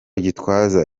gitwaza